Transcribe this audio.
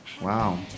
Wow